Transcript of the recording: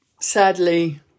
Sadly